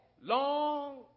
long